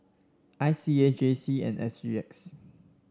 I C A J C and S G X